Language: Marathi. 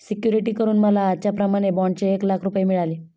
सिक्युरिटी करून मला आजच्याप्रमाणे बाँडचे एक लाख रुपये मिळाले